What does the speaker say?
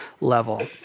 level